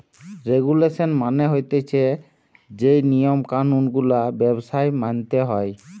regulation মানে হতিছে যেই নিয়ম কানুন গুলা ব্যবসায় মানতে হয়